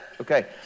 Okay